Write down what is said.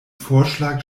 vorschlag